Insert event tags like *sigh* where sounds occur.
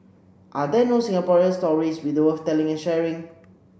are there no Singapore stories *unintelligible* worth telling and sharing